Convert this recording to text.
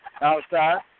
Outside